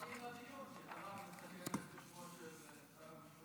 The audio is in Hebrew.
בשמו של שר המשפטים.